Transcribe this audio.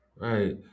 Right